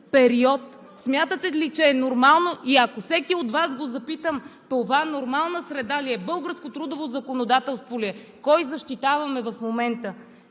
Смятате ли, че е нормално? Ако всеки от Вас го запитам: това нормална среда ли е, българско трудово законодателство ли е, кого защитаваме в момента?!